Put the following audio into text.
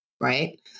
Right